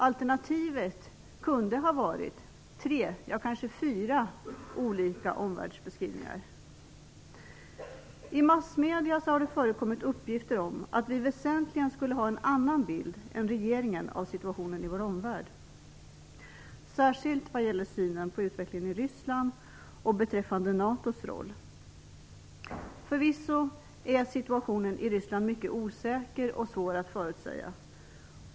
Alternativet hade kunna vara tre, kanske fyra, olika omvärldsbeskrivningar. I massmedierna har det förekommit uppgifter om att vi väsentligen skulle ha en annan bild än regeringen av situationen i vår omvärld, särskilt när det gäller synen på utvecklingen i Ryssland och beträffande NATO:s roll. Förvisso är situationen i Ryssland mycket osäker och svår att förutsäga.